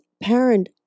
parent